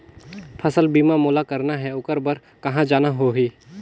फसल बीमा मोला करना हे ओकर बार कहा जाना होही?